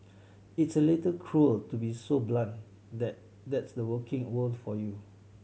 it's a little cruel to be so blunt that that's the working world for you